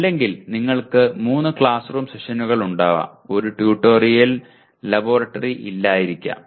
അല്ലെങ്കിൽ നിങ്ങൾക്ക് 3 classroom സെഷനുകൾ ഉണ്ടാകാം 1 ട്യൂട്ടോറിയൽ ലബോറട്ടറി ഇല്ലായിരിക്കാം